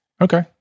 Okay